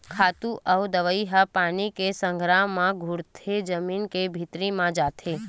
खातू अउ दवई ह पानी के संघरा म घुरके जमीन के भीतरी म जाथे